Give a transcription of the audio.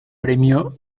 premio